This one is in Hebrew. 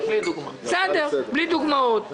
בלי דוגמאות.